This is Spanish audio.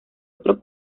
otro